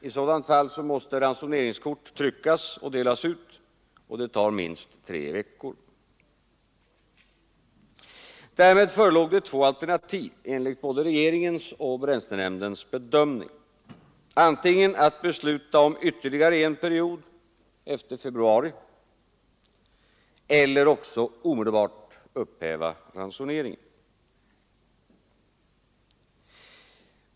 I sådant fall måste nämligen ransoneringskort tryckas och delas ut, och detta tar minst tre veckor. Där förelåg två alternativ enligt både regeringens och bränslenämndens bedömning. Antingen att besluta om ytterligare en period efter februari eller också omedelbart upphäva ransoneringen.